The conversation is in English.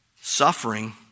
suffering